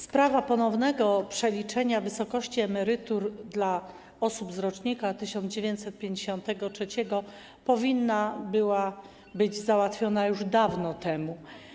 Sprawa ponownego przeliczenia wysokości emerytur dla osób z rocznika 1953 powinna być załatwiona już dawno temu.